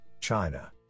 China